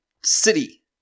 City